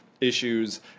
issues